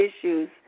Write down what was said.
issues